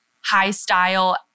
high-style